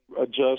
adjust